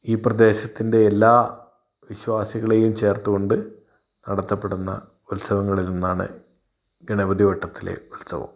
ഈ പ്രദേശത്തിന്റെ എല്ലാ വിശ്വാസികളെയും ചേർത്തുകൊണ്ട് നടത്തപ്പെടുന്ന ഉത്സവങ്ങളിലൊന്നാണ് ഗണപതിവട്ടത്തിലെ ഉത്സവം